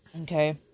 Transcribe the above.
Okay